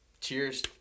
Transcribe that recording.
Cheers